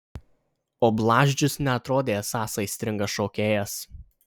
o bladžius neatrodė esąs aistringas šokėjas